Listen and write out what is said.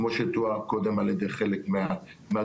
כמו שתואר קודם על ידי חלק מהדוברים,